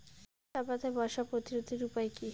চাপাতায় মশা প্রতিরোধের উপায় কি?